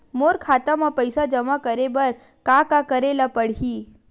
मोर खाता म पईसा जमा करे बर का का करे ल पड़हि?